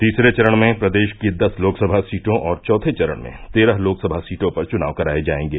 तीसरे चरण में प्रदेश की दस लोकसभा सीटों और चौथे चरण में तेरह लोकसभा सीटों पर च्नाव कराये जायेंगे